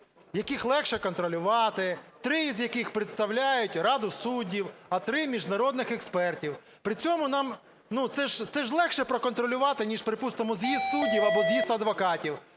яких легше контролювати, три із яких представляють раду суддів, а три – міжнародних експертів. При цьому нам… ну це ж легше проконтролювати, ніж, припустимо, з'їзд суддів або з'їзд адвокатів.